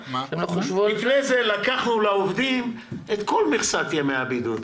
לפני זה לקחנו לעובדים את כל מכסת ימי הבידוד,